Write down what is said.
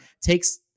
takes